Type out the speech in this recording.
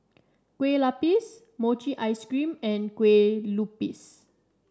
Kueh Lapis Mochi Ice Cream and Kueh Lupis